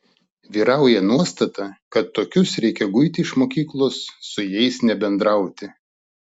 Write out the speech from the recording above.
vyrauja nuostata kad tokius reikia guiti iš mokyklos su jais nebendrauti